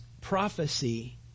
prophecy